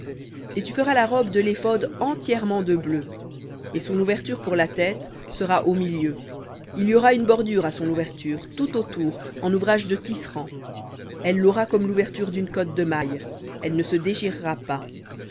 et tu feras la robe de l'éphod entièrement de bleu et son ouverture pour la tête sera au milieu il y aura une bordure à son ouverture tout autour en ouvrage de tisserand elle l'aura comme l'ouverture d'une cotte de mailles elle ne se déchirera pas